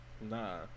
Nah